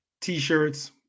T-shirts